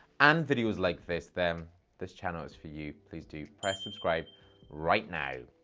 and videos like this, then this channel is for you. please do press subscribe right now.